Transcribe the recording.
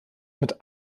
mit